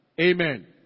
Amen